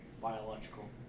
Biological